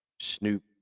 Snoop